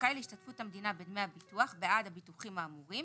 זכאי להשתתפות המדינה בדמי הביטוח בעד הביטוחים האמורים